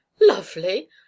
Lovely